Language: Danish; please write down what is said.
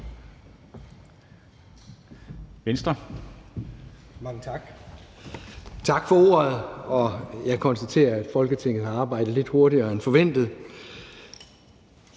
Kissmeyer (V): Tak for ordet. Jeg konstaterer, at Folketinget har arbejdet lidt hurtigere end forventet.